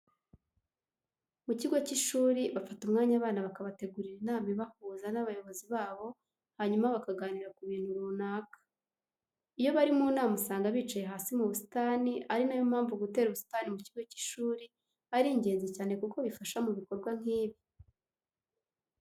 Mu kigo cy'ishuri bafata umwanya abana bakabategurira inama ibahuza n'abayobozi babo hanyuma bakaganira ku bintu runaka. Iyo bari mu nama usanga bicaye hasi mu busitani, ari na yo mpamvu gutera ubusitani mu kigo cy'ishuri ari ingenzi cyane kuko bifasha mu bikorwa nk'ibi.